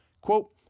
Quote